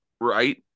right